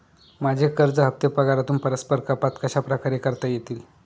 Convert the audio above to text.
माझे कर्ज हफ्ते पगारातून परस्पर कपात कशाप्रकारे करता येतील?